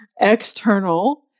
external